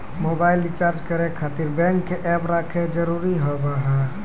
Mobile recharge करे खातिर bank के ऐप रखे जरूरी हाव है?